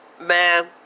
man